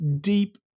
deep